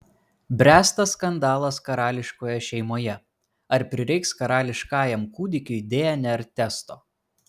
bręsta skandalas karališkoje šeimoje ar prireiks karališkajam kūdikiui dnr testo